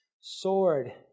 sword